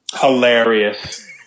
Hilarious